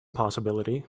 possibility